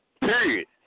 period